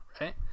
Right